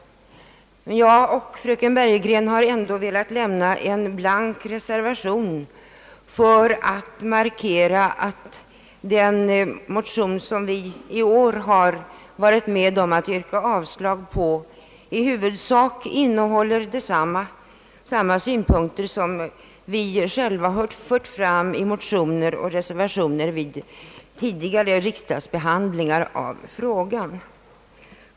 Fröken Bergegren och jag har emellertid ändå velat med en blank reservation markera att den motion som vi har varit med om att yrka avslag på i huvudsak innehåller samma synpunkter som vi själva fört fram i motioner och reservationer vid tidigare riksdagsbehandling av frågan.